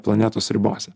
planetos ribose